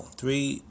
Three